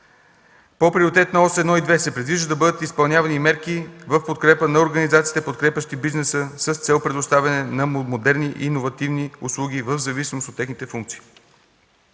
По приоритетни оси 1 и 2 се предвижда да бъдат изпълнявани мерки в подкрепа на организациите, подкрепящи бизнеса, с цел предоставяне на модерни иновативни услуги в зависимост от техните функции.